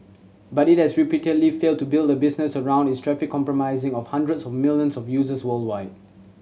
but it has repeatedly failed to build a business around its traffic comprising of hundreds of millions of users worldwide